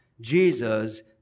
Jesus